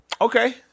Okay